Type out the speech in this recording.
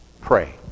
pray